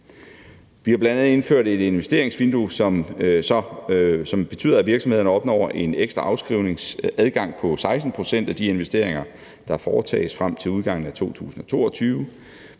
bl.a. indført et investeringsvindue, som betyder, at virksomhederne opnår en ekstra afskrivningsadgang på 16 pct. for de investeringer, der foretages frem til udgangen af 2022,